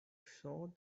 saw